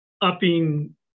upping